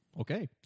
Okay